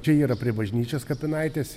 čia yra prie bažnyčios kapinaitės